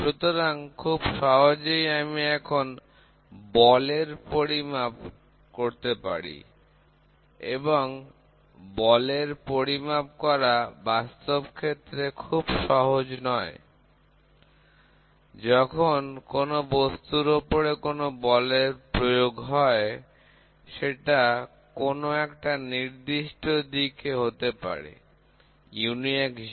সুতরাং খুব সহজেই আমি এখন বলের পরিমাপ করতে পারি এবং বলের পরিমাপ করা বাস্তব ক্ষেত্রে খুব সহজ নয় যখন কোন বস্তুর ওপর কোন বলের প্রয়োগ হয় সেটা কোন একটা নির্দিষ্ট দিকে হতে পারে মানে একাক্ষ